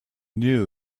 knew